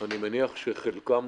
אני מניח שחלקם